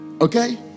Okay